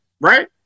right